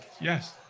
Yes